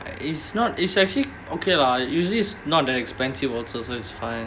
it's not it's actually okay lah usually is not that expensive also so it's fine